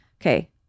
okay